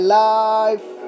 life